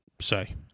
say